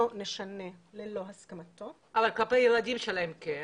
נשנה ללא הסכמתו --- אבל כלפי הילדים שלהם כן.